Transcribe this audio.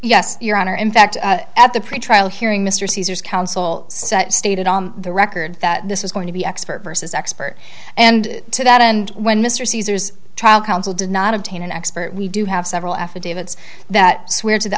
yes your honor in fact at the pretrial hearing mr caesar's counsel sat stated on the record that this was going to be expert versus expert and to that end when mr cesar's trial counsel did not obtain an expert we do have several affidavits that swear to the